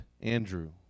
Andrew